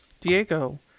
diego